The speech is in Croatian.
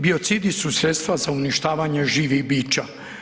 Biocidi su sredstva za uništavanje živih bića.